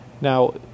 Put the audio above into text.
Now